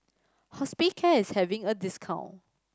hospicare is having a discount